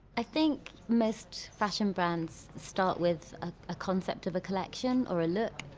i think most fashion brands start with ah a concept of a collection or a look.